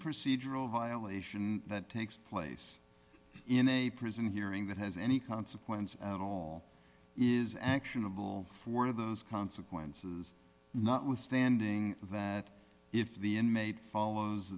procedural violation that takes place in a prison hearing that has any consequence at all is actionable for those consequences notwithstanding that if the inmate follows